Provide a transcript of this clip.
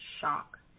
shock